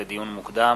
לדיון מוקדם: